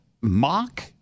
mock